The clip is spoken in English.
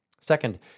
Second